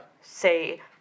say